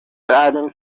aden